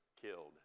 killed